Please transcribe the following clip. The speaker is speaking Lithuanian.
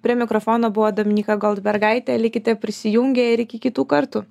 prie mikrofono buvo dominyka goldbergaitė likite prisijungę ir iki kitų kartų